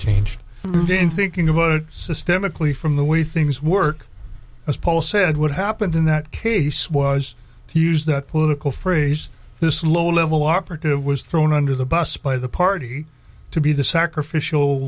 change in thinking about it systemically from the way things work as paul said what happened in that case was to use that political phrase this low level operative was thrown under the bus by the party to be the sacrific